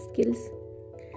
skills